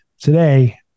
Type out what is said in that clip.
Today